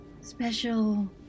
special